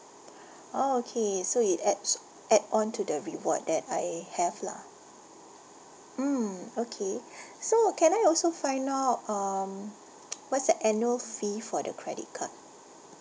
orh okay so it adds add on to the reward that I have lah mm okay so can I also find out um what's the annual fee for the credit card